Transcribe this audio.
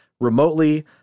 remotely